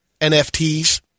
NFTs